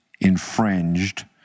infringed